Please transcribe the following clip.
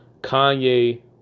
Kanye